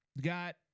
got